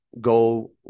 go